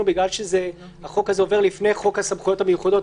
בגלל שהחוק הזה עובר לפני חוק הסמכויות המיוחדות,